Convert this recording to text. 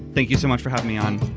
thank you so much for having me on.